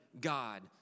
God